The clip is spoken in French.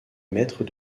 maîtres